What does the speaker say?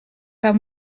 pas